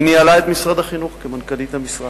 היא ניהלה את משרד החינוך, כמנכ"לית המשרד.